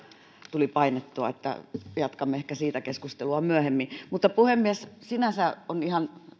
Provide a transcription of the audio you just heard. tuli painettua että jatkamme ehkä siitä keskustelua myöhemmin puhemies sinänsä on ihan